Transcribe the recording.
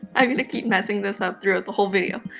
i'm gonna keep messing this up throughout the whole video.